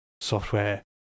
software